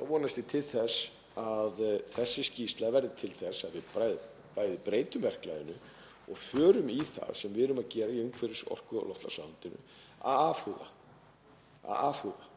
ég vonast til þess að þessi skýrsla verði til þess að við bæði breytum verklaginu og förum í það sem við erum að gera í umhverfis-, orku- og loftslagsráðuneytinu, að afhúða.